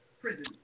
prison